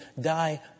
die